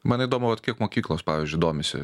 man įdomu vat kiek mokyklos pavyzdžiui domisi